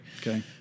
Okay